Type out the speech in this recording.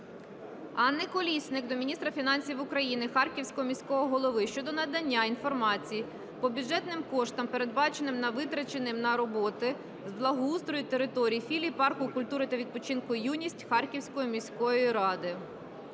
Анни Колісник до міністра фінансів України, Харківського міського голови щодо надання інформації по бюджетним коштам, передбаченим та витраченим на роботи з благоустрою території філії парку культури та відпочинку "Юність" Харківською міською радою.